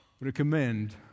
recommend